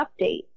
update